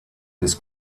this